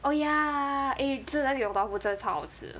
oh ya eh 吃它的 yong tau foo 真的超好吃的